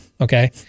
Okay